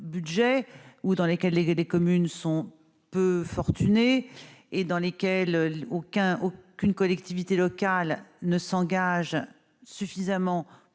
ou dans lesquels les les communes sont peu fortunés et dans lesquels aucun aucune collectivité locale ne s'engage suffisamment